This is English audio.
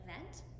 event